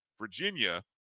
Virginia